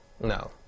No